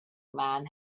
man